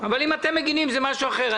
אבל אם אתם מגינים זה משהו אחר.